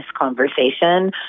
conversation